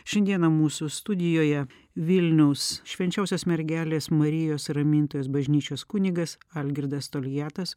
šiandieną mūsų studijoje vilniaus švenčiausios mergelės marijos ramintojos bažnyčios kunigas algirdas toliatas